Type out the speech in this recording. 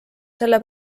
selle